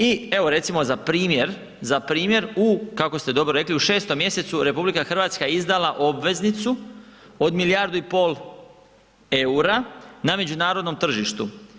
I evo recimo za primjer, za primjer u kako ste dobro rekli u 6. mjesecu RH je izdala obveznicu od milijardu i pol EUR-a na međunarodnom tržištu.